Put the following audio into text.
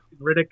Riddick